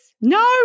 No